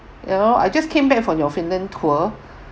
you know I just came back from your finland tour